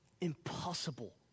impossible